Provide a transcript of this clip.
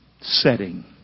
setting